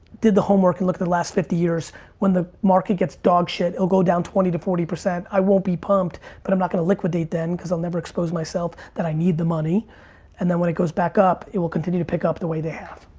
did the homework and looked at the last fifty years when the market gets dog shit, it'll go down twenty to forty. i won't be pumped but i'm not gonna liquidate then cause i'll never expose myself that i need the money and then when it goes back up, it will continue to pick up the way they have.